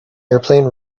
airplane